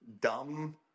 dumb